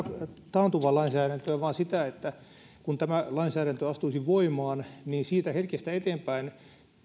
taantuvaa lainsäädäntöä vaan sitä että kun tämä lainsäädäntö astuisi voimaan siitä hetkestä eteenpäin